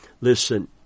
Listen